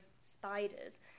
spiders